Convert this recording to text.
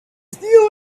steal